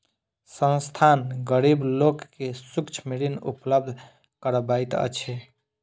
संस्थान, गरीब लोक के सूक्ष्म ऋण उपलब्ध करबैत अछि